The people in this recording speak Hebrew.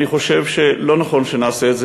אני חושב שלא נכון שנעשה את זה,